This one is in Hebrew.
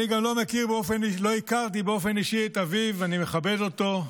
אני לא הכרתי באופן אישי את אביו, ואני מכבד אותו,